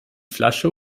flasche